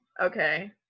Okay